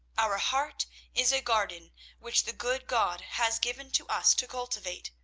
our heart is a garden which the good god has given to us to cultivate.